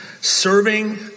Serving